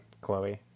Chloe